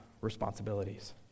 responsibilities